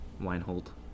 Weinhold